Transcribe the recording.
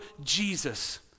Jesus